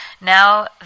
Now